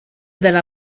dalla